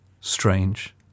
strange